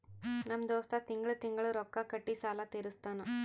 ನಮ್ ದೋಸ್ತ ತಿಂಗಳಾ ತಿಂಗಳಾ ರೊಕ್ಕಾ ಕೊಟ್ಟಿ ಸಾಲ ತೀರಸ್ತಾನ್